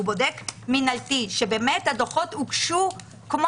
הוא בודק מינהלתי שבאמת הדוחות הוגשו כמו